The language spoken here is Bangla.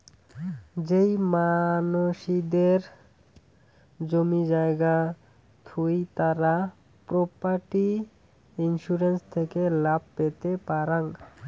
যেই মানসিদের জমি জায়গা থুই তারা প্রপার্টি ইন্সুরেন্স থেকে লাভ পেতে পারাং